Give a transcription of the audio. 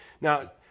Now